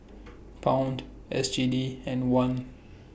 Pound S G D and Won